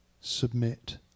submit